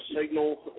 signal